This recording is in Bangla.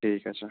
ঠিক আছে